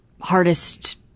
hardest